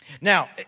Now